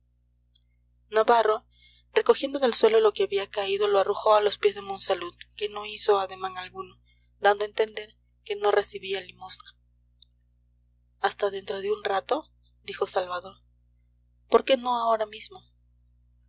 navarro recogiendo del suelo lo que había caído lo arrojó a los pies de monsalud que no hizo ademán alguno dando a entender que no recibía limosna hasta dentro de un rato dijo salvador por qué no ahora mismo